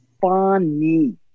funny